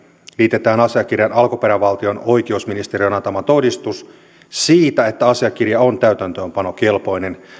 liitetään asiakirjan alkuperävaltion oikeusministeriön antama todistus siitä että asiakirja on täytäntöönpanokelpoinen